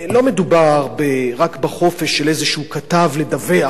לא מדובר רק בחופש של איזה כתב לדווח,